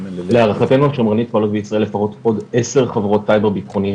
להערכתנו פועלות בישראל לפחות עוד עשר חברות סייבר ביטחוני,